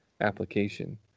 application